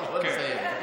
בוא תסיים.